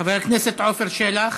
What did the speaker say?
חבר הכנסת עפר שלח,